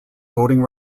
voting